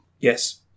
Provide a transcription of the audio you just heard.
Yes